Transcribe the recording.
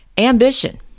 ambition